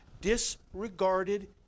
disregarded